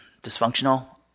dysfunctional